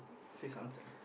say something